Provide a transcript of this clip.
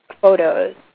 photos